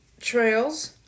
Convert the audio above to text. Trails